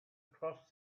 cross